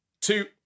two